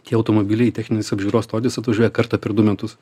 tie automobiliai į techninės apžiūros stotis atvažiuoja kartą per du metus